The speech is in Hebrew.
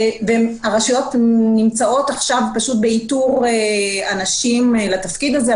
הרשויות נמצאות עכשיו באיתור אנשים לתפקיד הזה,